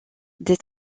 des